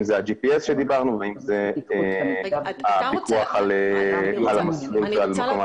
אם זה ה-GPS שדיברנו ואם זה הפיקוח על המסלול ועל מקום ההטמנה.